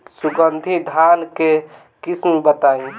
सुगंधित धान के किस्म बताई?